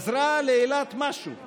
עזרה לאילת, משהו.